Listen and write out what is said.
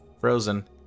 Frozen